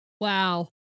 Wow